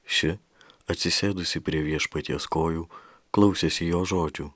ši atsisėdusi prie viešpaties kojų klausėsi jo žodžių